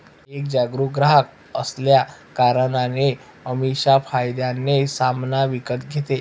एक जागरूक ग्राहक असल्या कारणाने अमीषा फायद्याने सामान विकत घेते